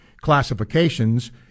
classifications